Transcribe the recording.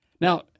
Now